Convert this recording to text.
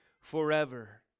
forever